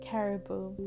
Caribou